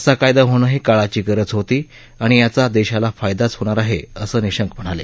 असा कायदा होणे ही काळाची गरज होती आणि याचा देशाला फायदाच होणार आहे असं निशंक म्हणाले